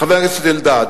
חבר הכנסת אלדד.